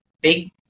big